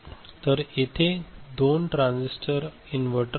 तर इथे हे दोन ट्रान्झिस्टर इन्व्हटर आहे